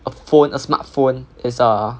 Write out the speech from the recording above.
a phone a smartphone is a